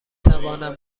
توانم